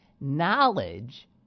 Knowledge